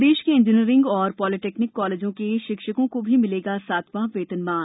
प्रदेश के इंजीनियरिंग और polytechnic college के शिक्षकों को भी मिलेगा सातवां वेतनमान